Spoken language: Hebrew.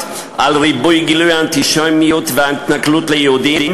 על ריבוי גילויי האנטישמיות וההתנכלות ליהודים,